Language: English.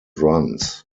runs